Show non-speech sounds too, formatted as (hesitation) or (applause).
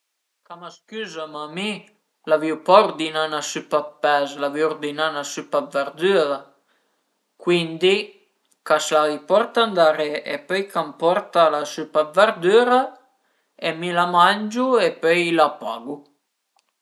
(hesitation) le scarpe a s'grupu fazand prima ën grup semplic, pöi dopu a s'pìa 'na part dël laccio, a s'fa ün occhiello, pöi dopu l'aut laccio a s'pasa ëndrinta a l'occhiello e pöi dopu a s'fa ël fioch e pöi dopu se ün a völ a fa ancura ën grup ën sima al fioch